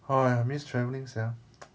how I miss travelling sia